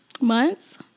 months